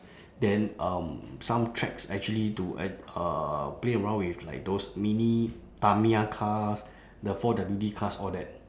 then um some tracks actually to act~ uh play around with like those mini tamiya cars the four W_D cars all that